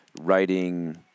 writing